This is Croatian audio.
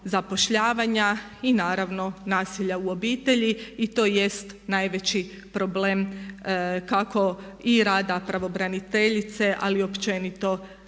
zapošljavanja i naravno nasilja u obitelji i to jest najveći problem kako i rada pravobraniteljice ali i općenito